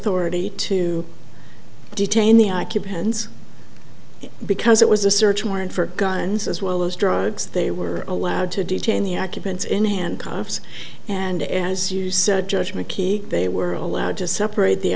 authority to detain the occupants because it was a search warrant for guns as well as drugs they were allowed to detain the occupants in handcuffs and as you said judge mckeague they were allowed to separate the